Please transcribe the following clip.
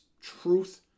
truth